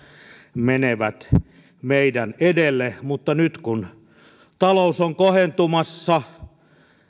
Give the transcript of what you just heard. menevät meidän edellemme mutta nyt kun talous on kohentumassa